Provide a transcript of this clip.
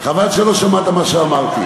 חבל שלא שמעת מה שאמרתי.